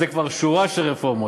זה כבר שורה של רפורמות,